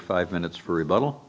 five minutes rebuttal